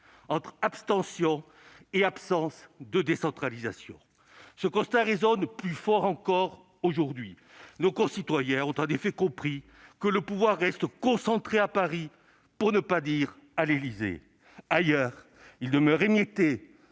entre abstention et absence de décentralisation. Ce constat résonne plus fort encore aujourd'hui. Nos concitoyens ont en effet compris que le pouvoir reste concentré à Paris, pour ne pas dire à l'Élysée. Ailleurs, il demeure émietté,